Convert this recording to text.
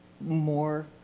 more